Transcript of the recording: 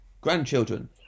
Grandchildren